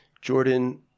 Jordan